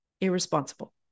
irresponsible